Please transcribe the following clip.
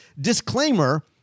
Disclaimer